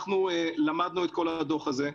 אנחנו למדנו את כל הדוח הזה,